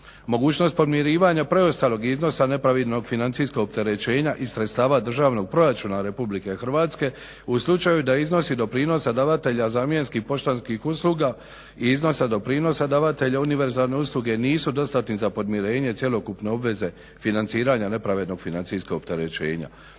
Mogućnost podmirivanja preostalog iznosa …/Govornik se ne razumije./… financijskog opterećenja iz sredstava Državnog proračuna Republike Hrvatske u slučaju da iznosi doprinosa davatelja zamjenskih poštanskih usluga i iznosa doprinosa davatelja univerzalne usluge nisu dostatni za podmirenje cjelokupne obveze financiranja nepravednog financijskog opterećenja.